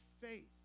faith